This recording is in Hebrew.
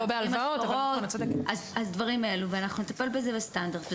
אנחנו נטפל בזה בסטנדרט.